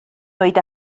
oed